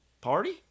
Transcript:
Party